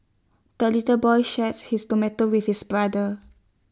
the little boy shares his tomato with his brother